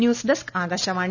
news desk Akashvani